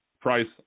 price